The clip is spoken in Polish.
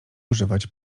używać